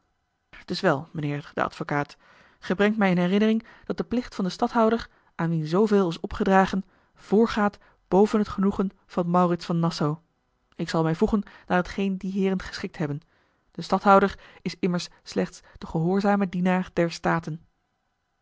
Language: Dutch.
is wel mijnheer de advokaat gij brengt mij in herinnering dat de plicht van den stadhouder aan wien zooveel is opgedragen voorgaat boven het genoegen van maurits van nassau ik zal mij voegen naar t geen die heeren geschikt hebben de stadhouder is immers slechts de gehoorzame dienaar der staten